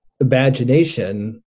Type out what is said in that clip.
imagination